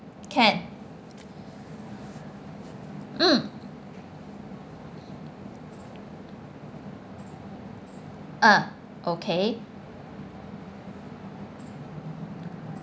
can mm ah okay